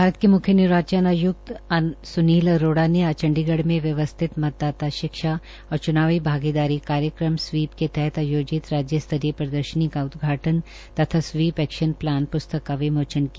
भारत के म्ख्य निर्वाचन आयुक्त श्री सुनील अरोड़ा ने आज चंडीगढ़ में व्यवस्थित मतदाता शिक्षा और च्नावी भागीदारी कार्यक्रम स्वीप के तहत आयोजित राज्य स्तरीय प्रदर्शनी का उदघाटन तथा स्वीप एक्शन प्लान प्स्तक का विमोचन किया